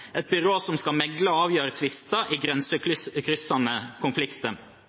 et byrå som skal megle og avgjøre tvister i grensekryssende konflikter.